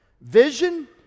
Vision